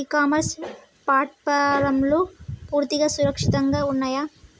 ఇ commerce ప్లాట్ఫారమ్లు పూర్తిగా సురక్షితంగా ఉన్నయా?